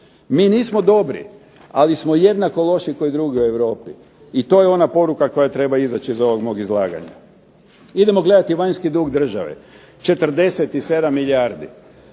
Mi nismo dobri, ali smo jednako loši kao i drugi u Europi, i to je ona poruka koja treba izaći iz ovog mog izlaganja. Idemo gledati vanjski dug države, 47 milijardi.